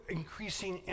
increasing